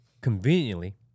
conveniently